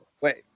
Wait